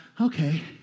okay